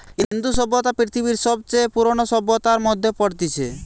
ইন্দু সভ্যতা পৃথিবীর সবচে পুরোনো সভ্যতার মধ্যে পড়তিছে